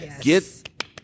Get